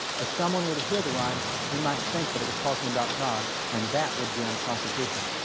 if someone were to hear the rhyme, they might think that it was talking about god, and that would be unconstitutional!